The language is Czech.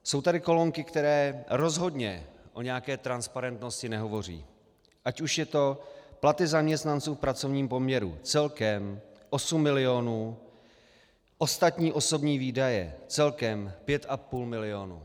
Jsou tady kolonky, které rozhodně o nějaké transparentnosti nehovoří, ať jsou to platy zaměstnanců v pracovním poměru, celkem 8 milionů, ostatní osobní výdaje celkem 5,5 milionu.